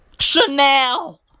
Chanel